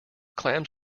clams